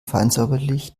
feinsäuberlich